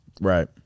Right